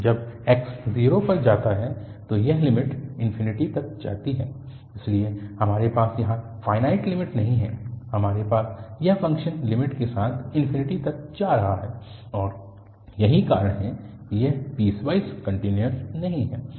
तो जब x 0 पर जाता है तो यह लिमिट तक जाती है इसलिए हमारे पास यहाँ फ़ाइनाइट लिमिट नहीं है हमारे पास यह फ़ंक्शन लिमिट के साथ तक जा रहा है और यही कारण है कि यह पीसवाइस कन्टिन्यूअस नहीं है